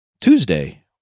Tuesday